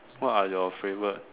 what are your favorite